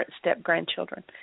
step-grandchildren